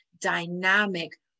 dynamic